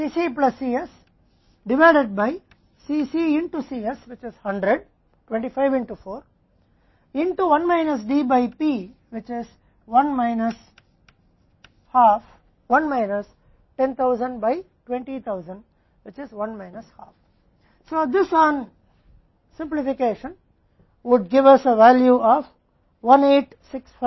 C c plus Cs divided by Cc Cs जो कि 100 है 25 4 1 D जो कि 1 ½ 1 10000 20000 जो 1 ½ है